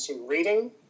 reading